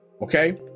Okay